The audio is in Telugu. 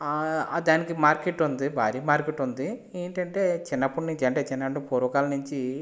ఆ దానికి మార్కెట్ ఉంది భారీ మార్కెట్ ఉంది ఏంటంటే చిన్నప్పటి నుంచి అంటే చిన్న పూర్వకాలం నుంచి